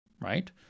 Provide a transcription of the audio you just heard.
right